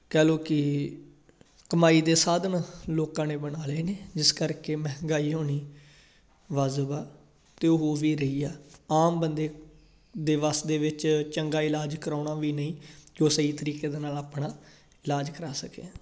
ਕਹਿ ਲਉ ਕਿ ਕਮਾਈ ਦੇ ਸਾਧਨ ਲੋਕਾਂ ਨੇ ਬਣਾ ਲਏ ਨੇ ਜਿਸ ਕਰਕੇ ਮਹਿੰਗਾਈ ਹੋਣੀ ਵਾਜਬ ਆ ਅਤੇ ਹੋ ਵੀ ਰਹੀ ਆ ਆਮ ਬੰਦੇ ਦੇ ਵੱਸ ਦੇ ਵਿੱਚ ਚੰਗਾ ਇਲਾਜ ਕਰਵਾਉਣਾ ਵੀ ਨਹੀਂ ਜੋ ਸਹੀ ਤਰੀਕੇ ਦੇ ਨਾਲ ਆਪਣਾ ਇਲਾਜ ਕਰਵਾ ਸਕੇ